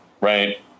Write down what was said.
Right